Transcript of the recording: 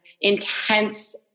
intense